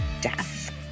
death